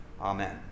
Amen